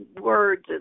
words